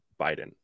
Biden